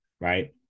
right